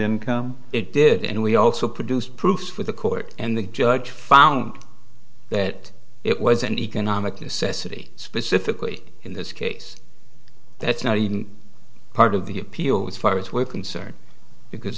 income it did and we also produce proof for the court and the judge found that it was an economic necessity specifically in this case that's not even part of the appeal as far as we're concerned because